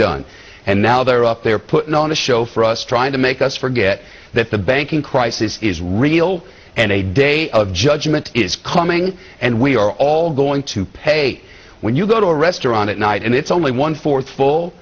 done and now they're up there putting on a show for us trying to make us forget that the banking crisis is real and a day of judgment is coming and we are all going to pay when you go to a restaurant at night and it's only one fourth full